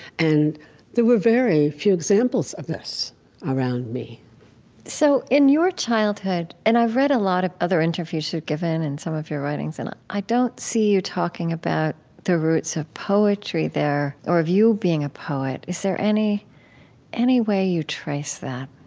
and there were very few examples of this around me so in your childhood and i've read a lot of other interviews you've given and some of your writings, and i don't see you talking about the roots of poetry there, or of you being a poet. is there any any way you trace that?